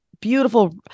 beautiful